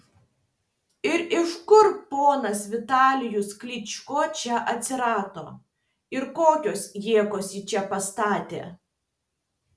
ir iš kur ponas vitalijus klyčko čia atsirado ir kokios jėgos jį čia pastatė